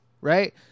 right